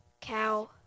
cow